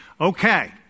Okay